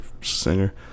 singer